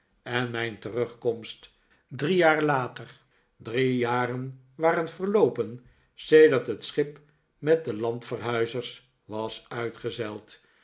en mijn terugkomst drie jaar later drie jaren waren verloopen sedert het schip met de landverhuizers was uitgezeild